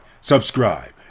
subscribe